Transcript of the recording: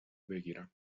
بگیرم